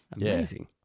Amazing